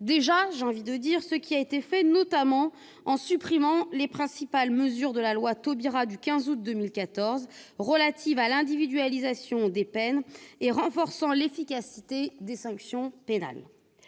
déjà, ai-je envie de dire -d'effacer ce qui a été fait, notamment en supprimant les mesures principales de la loi Taubira du 15 août 2014 relative à l'individualisation des peines et renforçant l'efficacité des sanctions pénales.